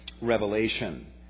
revelation